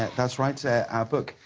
that's right, ah but